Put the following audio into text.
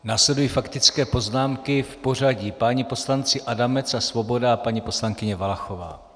Následují faktické poznámky v pořadí páni poslanci Adamec a Svoboda a paní poslankyně Valachová.